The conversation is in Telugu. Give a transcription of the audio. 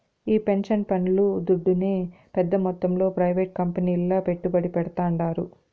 ఈ పెన్సన్ పండ్లు దుడ్డునే పెద్ద మొత్తంలో ప్రైవేట్ కంపెనీల్ల పెట్టుబడి పెడ్తాండారు